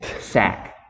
sack